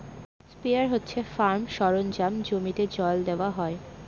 sprayer হচ্ছে farm সরঞ্জাম জমিতে জল দেওয়া হয়